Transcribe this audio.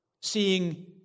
seeing